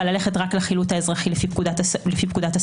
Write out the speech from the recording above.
ללכת רק לחילוט האזרחי לפי פקודת הסמים.